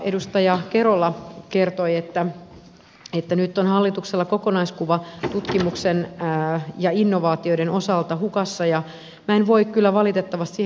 edustaja kerola kertoi että nyt on hallituksella kokonaiskuva tutkimuksen ja innovaatioiden osalta hukassa ja minä en voi kyllä valitettavasti siihen ihan kokonaan yhtyä